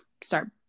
start